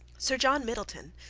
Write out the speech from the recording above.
sir john middleton,